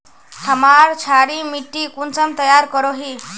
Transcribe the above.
हमार क्षारी मिट्टी कुंसम तैयार करोही?